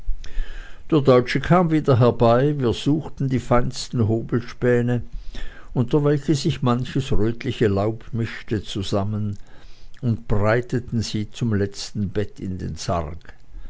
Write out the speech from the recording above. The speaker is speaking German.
der deutsche kam wieder herbei wir suchten die feinsten hobelspäne unter welche sich manches rötliche laub mischte zusammen und breiteten sie zum letzten bett in den sarg